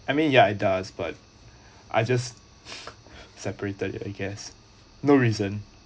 I mean ya it does but I just separated you guess no reason